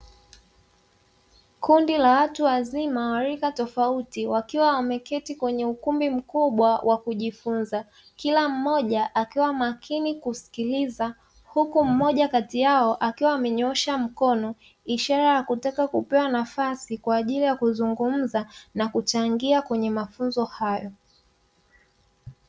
Kundi la watu wazima wa rika tofauti wakiwa wameketi kwenye ukumbi mkubwa wa kujifunza kila mmoja akiwa makini kusikiliza, huku mmoja kati yao akiwa amenyoosha mkono ishara ya kutaka kupewa nafasi kwa ajili ya kuzungumza na kuchangia kwenye mafunzo hayo.